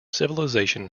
civilization